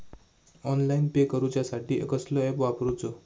Online pay करूचा साठी कसलो ऍप वापरूचो?